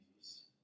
Jesus